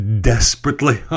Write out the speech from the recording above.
desperately